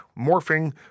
morphing